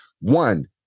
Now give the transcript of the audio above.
One